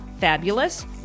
Fabulous